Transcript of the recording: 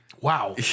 wow